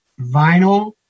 vinyl